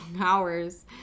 hours